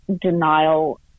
denial